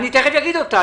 אני תכף אומר אותה.